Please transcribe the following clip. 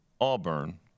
Auburn